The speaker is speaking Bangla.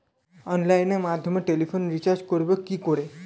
অনলাইনের মাধ্যমে টেলিফোনে রিচার্জ করব কি করে?